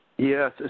Yes